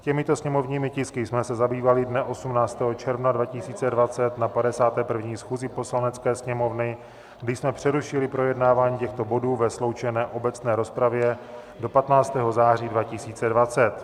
Těmito sněmovními tisky jsme se zabývali dne 18. června 2020 na 51. schůzi Poslanecké sněmovny, kdy jsme přerušili projednávání těchto bodů ve sloučené obecné rozpravě do 15. září 2020.